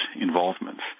involvements